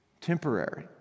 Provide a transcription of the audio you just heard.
Temporary